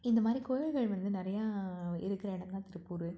இந்த மாதிரி கோயில்கள் வந்து நிறையா இருக்கிற இடம் தான் திருப்பூர்